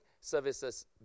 services